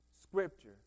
Scripture